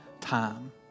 time